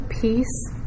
peace